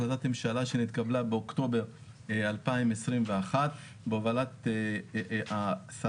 החלטת ממשלה שנתקבלה באוקטובר 2021 בהובלת השרה